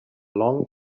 long